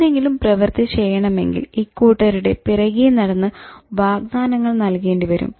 എന്തെങ്കിലും പ്രവൃത്തി ചെയ്യണമെങ്കിൽ ഇക്കൂട്ടരുടെ പിറകെ നടന്ന് വാഗ്ദാനങ്ങൾ നൽകേണ്ടി വരും